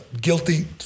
guilty